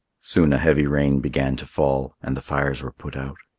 soon a heavy rain began to fall and the fires were put out.